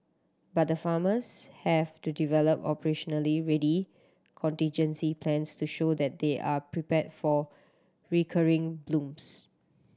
but the farmers have to develop operationally ready contingency plans to show that they are prepared for recurring blooms